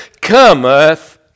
cometh